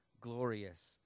glorious